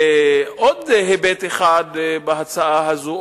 עוד היבט אחד בהצעה הזאת,